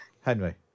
Henry